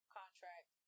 contract